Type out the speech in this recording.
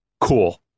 Cool